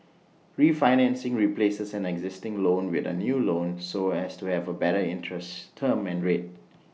refinancing replaces an existing loan with A new loan so as to have A better interest term and rate